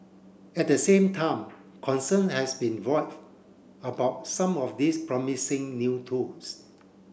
at the same time concern has been about some of these promising new tools